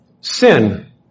Sin